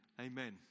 Amen